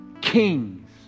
kings